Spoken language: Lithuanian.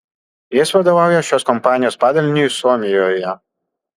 jis vadovauja šios kompanijos padaliniui suomijoje